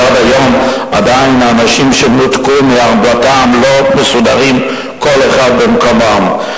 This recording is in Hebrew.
ועד היום עדיין האנשים שנותקו מאדמתם לא מסודרים כל אחד במקומו.